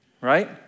right